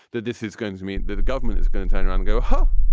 that this is going to mean that the government is going to turn around, go home.